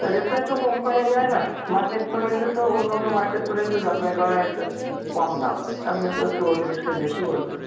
ওই রেটটা একটু কম করা যায় না মার্কেট প্রাইস তো অন্য অন্য মার্কেট প্রাইসও যাচাই করা হয়েছে কম দাম আপনি তো একটু অতিরিক্ত বেশি বলছেন